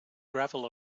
gravel